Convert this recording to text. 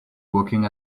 working